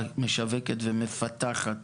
משווקת ומפתחת